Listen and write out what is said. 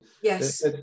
yes